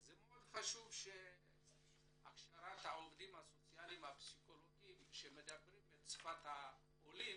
מאוד חשוב שהכשרת העובדים הסוציאליים והפסיכולוגים תכלול את שפת העולים.